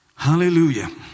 Hallelujah